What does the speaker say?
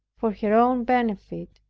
for her own benefit,